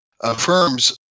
affirms